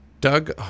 Doug